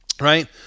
right